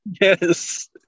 Yes